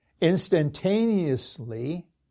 instantaneously